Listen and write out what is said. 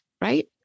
right